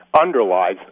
underlies